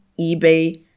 eBay